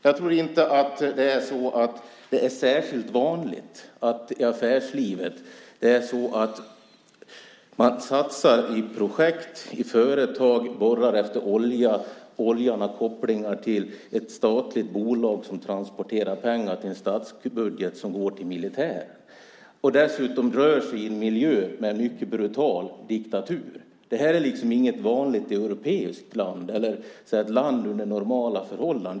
Jag tror inte att det är särskilt vanligt i affärslivet att man satsar i projekt och företag och borrar efter olja där oljan har kopplingar till ett statligt bolag som transporterar pengar till en statsbudget som går till militären. Dessutom rör man sig i en miljö med en mycket brutal diktatur. Det här är inget vanligt europeiskt land eller ett land under normala förhållanden.